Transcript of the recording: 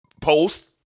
post